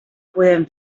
podem